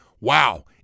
wow